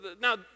Now